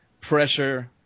pressure